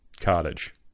cottage